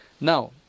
Now